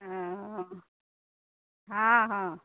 हँ हँ हँ